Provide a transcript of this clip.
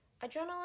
adrenaline